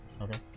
Okay